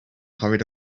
hurried